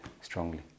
strongly